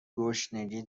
گشنگی